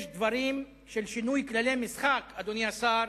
יש דברים של שינוי כללי משחק, אדוני השר,